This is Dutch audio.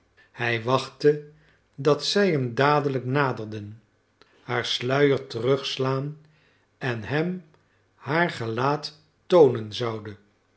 hij verwachtte dat zij hem dadelijk naderen haar sluier terugslaan en hem haar gelaat toonen zoude